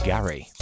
Gary